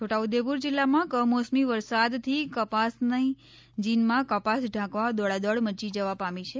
છોટા ઉદેપુર જિલ્લામાં કમોસમી વરસાદથી કપાસની જીનમાં કપાસ ઢાંકવા દોડાદોડ મચી જવા પામી છે